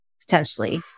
potentially